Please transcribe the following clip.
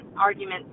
arguments